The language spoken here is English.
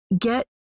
get